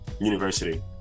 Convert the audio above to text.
University